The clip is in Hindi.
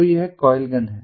तो यह कॉइल गन हैं